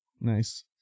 Nice